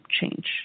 change